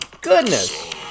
goodness